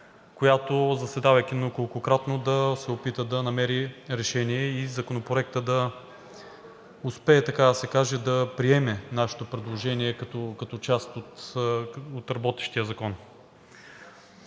която, заседавайки неколкократно, да се опита да намери решение и Законопроектът да успее, така да се каже, да приеме нашето предложение като част от работещия закон.